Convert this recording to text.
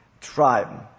tribe